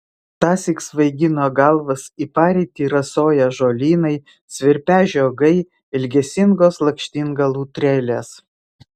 tąsyk svaigino galvas į parytį rasoją žolynai svirpią žiogai ilgesingos lakštingalų trelės